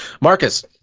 marcus